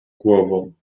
głową